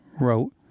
wrote